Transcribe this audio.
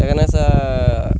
সেইকাৰণে ছাৰ